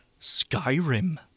skyrim